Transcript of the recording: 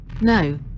No